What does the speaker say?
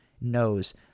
knows